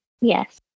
yes